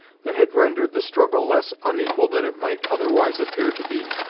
that had rendered the struggle less unequal than it might otherwise appear to be.